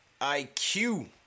IQ